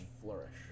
flourish